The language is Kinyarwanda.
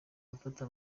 gufata